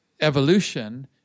evolution